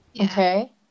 okay